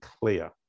clear